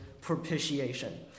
propitiation